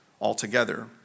altogether